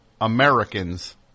Americans